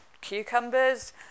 cucumbers